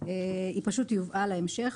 אלא הועברה להמשך.